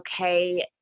okay